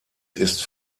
ist